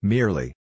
Merely